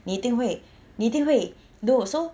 你一定会 no so